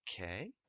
okay